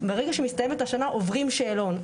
ברגע שמסתיימת השנה עוברים שאלון.